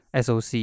SoC